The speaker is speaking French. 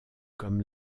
comme